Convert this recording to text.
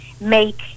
make